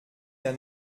der